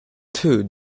too